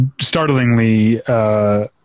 startlingly